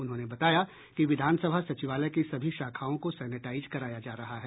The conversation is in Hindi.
उन्होंने बताया कि विधान सभा सचिवालय की सभी शाखाओं को सेनेटाइज कराया जा रहा है